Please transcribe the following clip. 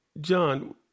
John